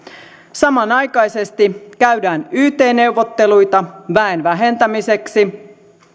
samanaikaisesti käydään yt neuvotteluita väen vähentämiseksi